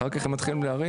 אחר כך הם מתחילים לריב,